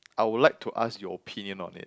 I would like to ask your opinion on it